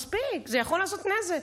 מספיק, זה יכול לעשות נזק.